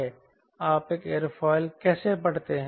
आप एक एयरोफॉयल कैसे पढ़ते हैं